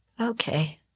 Okay